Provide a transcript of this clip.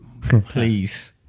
Please